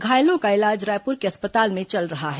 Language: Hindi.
घायलों का इलाज रायपुर के अस्पताल में चल रहा है